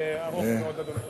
ארוך מאוד, אדוני.